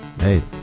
hey